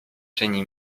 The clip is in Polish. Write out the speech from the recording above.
czyni